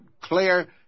clear